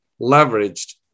leveraged